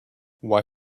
why